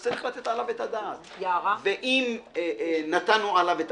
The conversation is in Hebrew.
אז צריך לתת עליו את הדעת; ואם נתנו עליו את